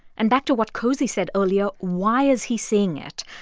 and, back to what cosey said earlier, why is he saying it?